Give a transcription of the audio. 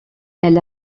elle